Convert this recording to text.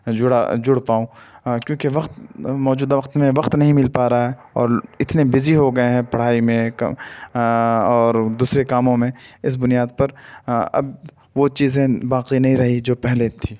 جڑا جڑ پاؤں کیونکہ وقت موجودہ وقت میں وقت نہیں مل پا رہا ہے اور اتنے بزی ہوگئے ہیں پڑھائی میں اور دوسرے کاموں میں اس بنیاد پر اب وہ چیزیں باقی نہیں رہی جو پہلے تھی